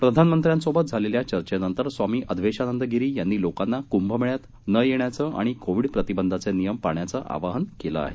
प्रधानमंत्र्यांसोबत झालेल्या चर्चेनंतर स्वामीअधवेशानंद गिरी यांनी लोकांना कुंभमेळ्यात न येण्याचं आणि कोविड प्रतिबंधाचे नियम पाळण्याचं आवाहन केलं आहे